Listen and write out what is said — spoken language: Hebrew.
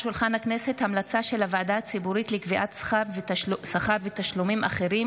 המלצה של הוועדה הציבורית לקביעת שכר ותשלומים אחרים